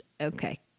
Okay